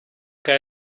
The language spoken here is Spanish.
que